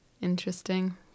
Interesting